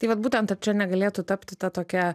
tai vat būtent ar čia negalėtų tapti ta tokia